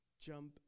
jump